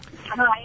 Hi